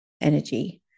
energy